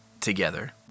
together